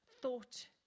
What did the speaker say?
thought